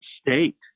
state